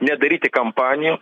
nedaryti kampanijų